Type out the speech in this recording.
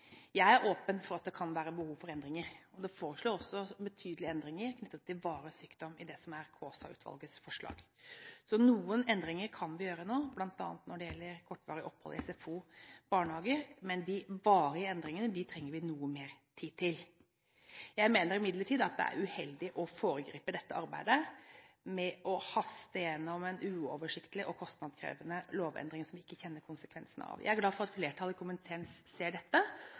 Jeg er åpen for at det kan være behov for endringer. Det foreslås også betydelige endringer knyttet til varig sykdom i det som er Kaasa-utvalgets forslag. Så noen endringer kan vi gjøre nå, bl.a. når det gjelder kortvarig opphold i SFO eller barnehager. Men de varige endringene trenger vi noe mer tid til. Jeg mener imidlertid det er uheldig å foregripe dette arbeidet med å haste gjennom en uoversiktlig og kostnadskrevende lovendring, som vi ikke kjenner konsekvensene av. Jeg er glad for at flertallet i komiteen ser dette.